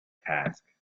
task